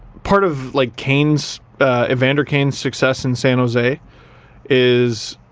part of like kane's evander kane's success in san jose is.